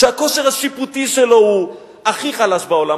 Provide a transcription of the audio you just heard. הכושר השיפוטי שלו הוא הכי חלש בעולם,